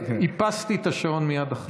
איפסתי את השעון מייד אחרי זה,